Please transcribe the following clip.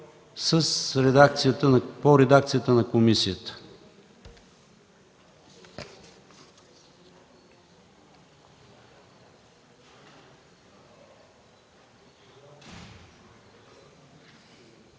редакцията на комисията.